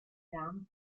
dams